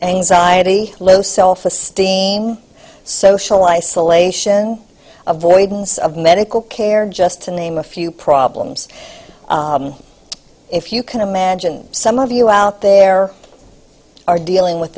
anxiety low self esteem social isolation avoidance of medical care just to name a few problems if you can imagine some of you out there are dealing with